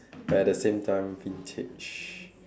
but at the same time vintage